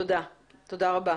תודה רבה.